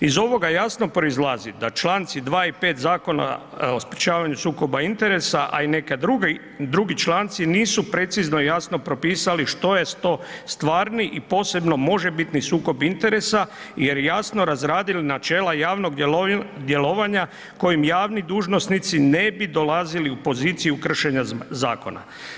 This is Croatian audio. Iz ovoga jasno proizlazi da Članci 2. i 5. Zakona o sprječavanju sukoba interesa, a i neki drugi članci nisu precizno i jasno propisali što je to stvarni i posebno možebitni sukob interesa jer jasno razradili načela javnog djelovanja kojim javni dužnosnici ne bi dolazili u poziciju kršenja zakona.